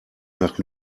nach